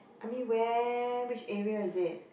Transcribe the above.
I mean where which area is it